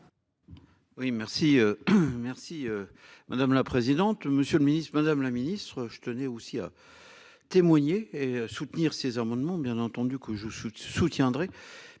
Oui merci. Merci. Madame la présidente. Monsieur le Ministre, Madame la Ministre je tenais aussi à. Témoigner et soutenir ces amendements bien entendu que je suis soutiendrez